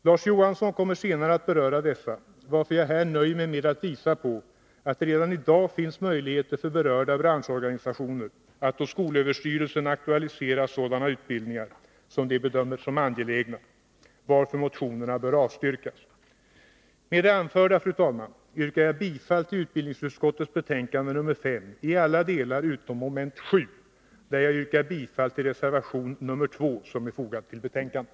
Larz Johansson kommer senare att beröra dessa, varför jag här nöjer mig med att visa på att det redan i dag finns möjligheter för berörda branschorganisationer att hos skolöverstyrelsen aktualisera sådana utbildningar som de bedömer som angelägna, varför motionerna bör avstyrkas. Med det anförda, fru talman, yrkar jag bifall till utbildningsutskottets hemställan i betänkande 5 i alla delar utom mom. 7, där jag yrkar bifall till reservation 2, som är fogad till betänkandet.